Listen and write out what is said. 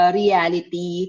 reality